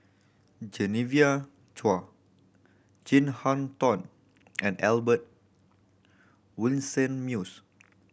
Genevieve Chua Chin Harn Tong and Albert Winsemius